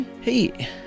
Hey